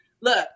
look